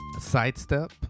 sidestep